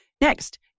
Next